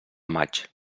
maig